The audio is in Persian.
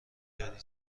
داری